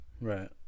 Right